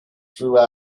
thought